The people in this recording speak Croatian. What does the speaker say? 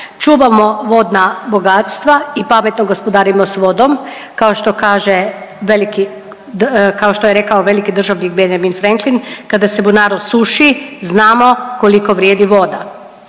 čuvamo vodna bogatstva i pametno gospodarimo sa vodom. Kao što kaže veliki, kao što je rekao veliki državnik Benjamin Franklin, kada se bunar osuši znamo koliko vrijedi voda.